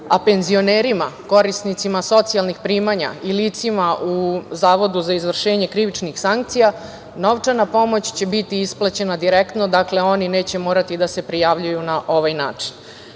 a penzionerima, korisnicima socijalnih primanja i licima u Zavodu za izvršenje krivičnih sankcija, novčana pomoć će biti isplaćena direktno, oni neće morati da se prijavljuju na ovaj način.Za